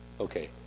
Okay